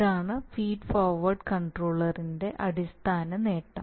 ഇതാണ് feed forward കൺട്രോളിന്റെ അടിസ്ഥാന നേട്ടം